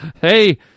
hey